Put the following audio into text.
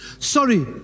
sorry